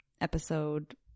episode